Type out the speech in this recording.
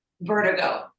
vertigo